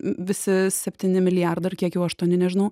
visi septyni milijardai ar kiek jau aštuoni nežinau